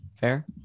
Fair